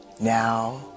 Now